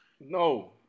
No